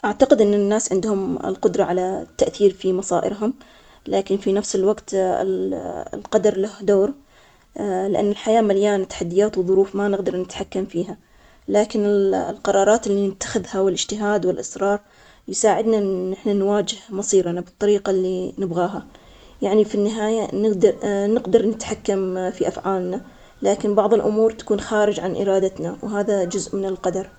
أعتقد أن الأشخاص يقدرون يؤثرون على مصائرهم, لكن القدر له دور أيضاً, الإنسان يملك الإرادة والاختيارات, وممكن إنه يغير مجرى حياته بالعمل والإجتهاد, لكن أحيان تصير الظروف خارجة عن إرادتنا, لهيك التوازن بين الجهد الشخصي والقدر هو المهم, لأن كل واحد له دور في تشكيل مستقبله.